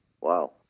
Wow